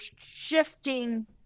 shifting